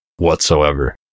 whatsoever